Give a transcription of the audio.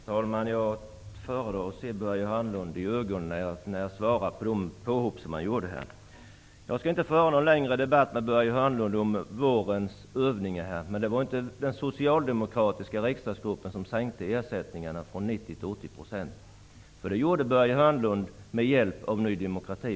Herr talman! Jag föredrar att stå här i talarstolen, så att jag kan se Börje Hörnlund i ögonen när jag bemöter på de påhopp som han gjorde. Jag skall inte föra någon längre debatt med Börje Hörnlund om vårens övningar. Jag vill ändå säga att det inte var den socialdemokratiska riksdagsgruppen som sänkte ersättningarna från 90 till 80 %. Det gjorde Börje Hörnlund vid det tillfället med hjälp av Ny demokrati.